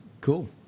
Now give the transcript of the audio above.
Cool